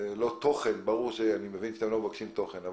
ברור שאתם לא מבקשים תוכן,